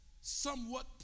somewhat